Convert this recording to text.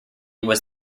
was